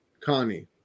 Connie